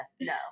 No